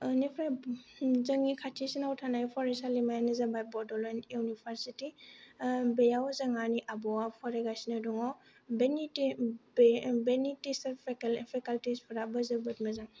इनिफ्राय जोंनि खाथिसिनाव थानाय फरायसालिमायानो जाबाय बड'लेण्ड इउनिभारसिटि बेयाव जोंहानि आब'आ फरायगासिनो दङ' बेनि टिस बेनि टिचारफोरा फेकाल्टिसफोराबो जोबोद मोजां